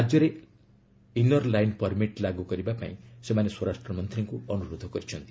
ରାଜ୍ୟରେ inner line permit ଲାଗୁ କରିବାକୁ ସେମାନେ ସ୍ୱରାଷ୍ଟ୍ରମନ୍ତ୍ରୀଙ୍କୁ ଅନୁରୋଧ କରିଛନ୍ତି